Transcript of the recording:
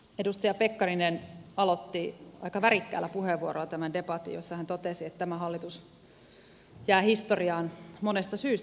edustaja pekkarinen aloitti tämän debatin aika värikkäällä puheenvuorolla jossa hän totesi että tämä hallitus jää historiaan monesta syystä